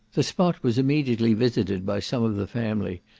the spot was immediately visited by some of the family,